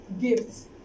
Gifts